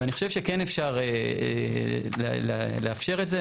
ואני חושב שכן אפשר לאפשר את זה.